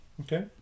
Okay